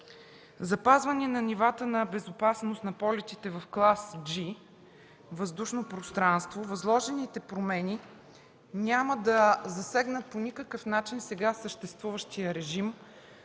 запазване на нивата на безопасност на полетите във въздушно пространство клас „G”. Възложените промени няма да засегнат по никакъв начин сега съществуващия режим